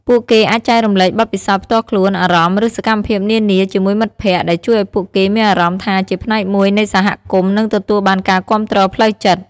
ពួកគេអាចចែករំលែកបទពិសោធន៍ផ្ទាល់ខ្លួន អារម្មណ៍ ឬសកម្មភាពនានាជាមួយមិត្តភក្តិ ដែលជួយឱ្យពួកគេមានអារម្មណ៍ថាជាផ្នែកមួយនៃសហគមន៍ និងទទួលបានការគាំទ្រផ្លូវចិត្ត។